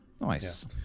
Nice